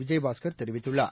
விஜயபாஸ்கர் தெரிவித்துள்ளார்